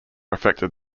affected